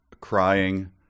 crying